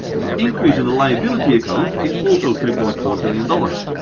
the increase in the liability account is also three point four billion dollars.